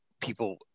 people